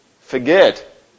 forget